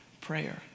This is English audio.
prayer